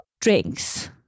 drinks